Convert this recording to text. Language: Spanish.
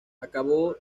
acabó